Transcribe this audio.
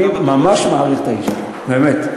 אני ממש מעריך את האיש הזה, באמת.